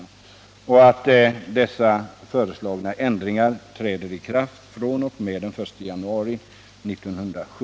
Förslaget har följande lydelse: